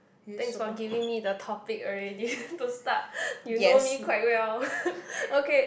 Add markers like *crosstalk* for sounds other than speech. thanks for giving me the topic already *laughs* to start *laughs* you know me quite well *laughs* ok